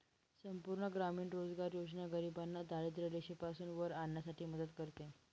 संपूर्ण ग्रामीण रोजगार योजना गरिबांना दारिद्ररेषेपासून वर आणण्यासाठी मदत करते